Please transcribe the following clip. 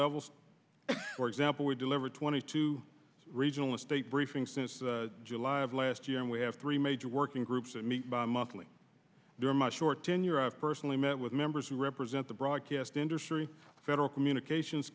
levels for example we deliver twenty two regional state briefings since july of last year and we have three major working groups that meet monthly during much short tenure i personally met with members who represent the broadcast industry federal communications